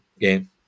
game